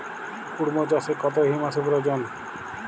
কুড়মো চাষে কত হিউমাসের প্রয়োজন?